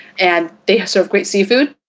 and they have some great seafood.